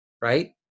right